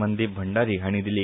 मंदीप भंडारी हाणी दिली